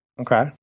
okay